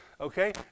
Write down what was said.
Okay